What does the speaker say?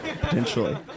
Potentially